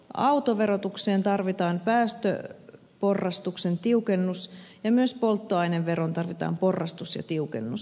autoverotukseen tarvitaan päästöporrastuksen tiukennus ja myös polttoaineveroon tarvitaan porrastus ja tiukennus